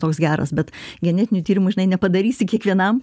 toks geras bet genetinių tyrimų žinai nepadarysi kiekvienam